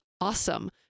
awesome